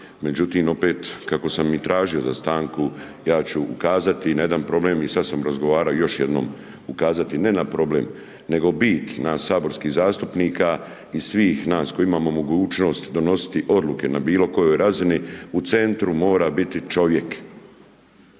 međutim, opet, kako sam i tražio za stanku, ja ću ukazati na jedan problem i sada sam razgovarao još jednom, ukazati ne na problem, nego bit nas saborskih zastupnika i svih nas koji imamo mogućnost donositi oduke na bilo kojoj razini, u centru mora biti čovjek.